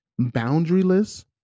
boundaryless